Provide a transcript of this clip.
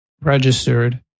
registered